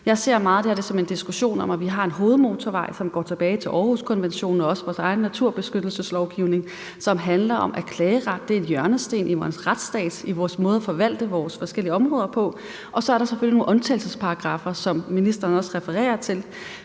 Jeg ser meget det her som en diskussion om, at vi har en hovedmotorvej, som går tilbage til Århuskonventionen og også vores egen naturbeskyttelseslovgivning, og som handler om, at klageret er en hjørnesten i vores retsstat og i vores måde at forvalte vores forskellige områder på, og så er der selvfølgelig nogle undtagelsesparagraffer, som ministeren også refererer til,